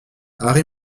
harry